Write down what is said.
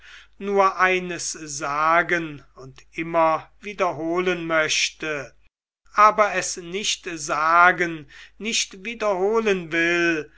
nur eines sagen und immer wiederholen möchte aber es nicht sagen nicht wiederholen will